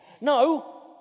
No